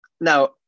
Now